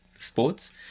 sports